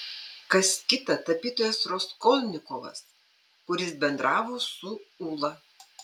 kas kita tapytojas raskolnikovas kuris bendravo su ūla